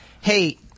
Hey